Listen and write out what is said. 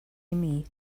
imi